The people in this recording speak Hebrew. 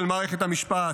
של מערכת המשפט,